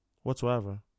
Whatsoever